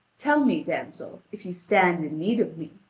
tell me, damsel, if you stand in need of me.